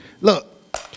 Look